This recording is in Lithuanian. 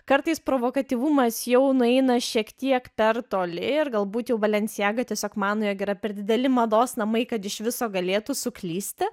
kartais provokatyvumas jau nueina šiek tiek per toli ir galbūt jau balencijaga tiesiog mano jog yra per dideli mados namai kad iš viso galėtų suklysti